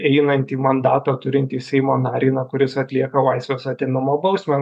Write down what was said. einantį mandatą turintį seimo narį na kuris atlieka laisvės atėmimo bausmę